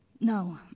No